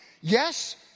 Yes